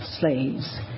slaves